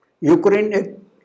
Ukraine